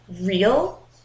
real